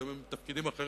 היום הם בתפקידים אחרים,